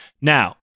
Now